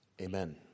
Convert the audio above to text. amen